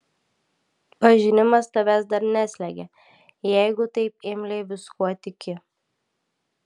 pažinimas tavęs dar neslegia jeigu taip imliai viskuo tiki